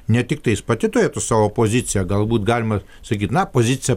ne tiktais pati turėtų savo poziciją galbūt galima sakyt na poziciją